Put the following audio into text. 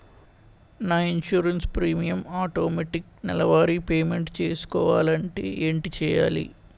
నా insurance premium automatic నెలవారి payment చేసుకోవాలంటే ఏంటి చేయాలి?